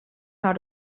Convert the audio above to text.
how